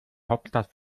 hauptstadt